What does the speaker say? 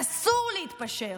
אסור להתפשר.